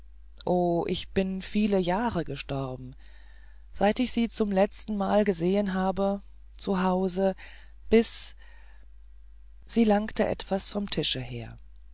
oh ich bin viele jahre gestorben seit ich sie zum letztenmal gesehen habe zu haus bis sie langte etwas vom tische her